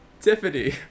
Tiffany